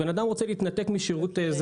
אדם רוצה להתנתק משירות,